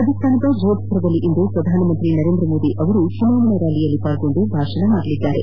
ರಾಜಸ್ಥಾನದ ಜೋಧ್ಪುರದಲ್ಲಿಂದು ಪ್ರಧಾನಮಂತ್ರಿ ನರೇಂದ್ರಮೋದಿ ಚುನಾವಣಾ ರ್ನಾಲಿಯಲ್ಲಿ ಪಾಲ್ಗೊಂಡು ಭಾಷಣ ಮಾಡಲಿದ್ದಾರೆ